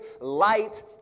light